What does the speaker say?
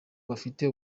bafite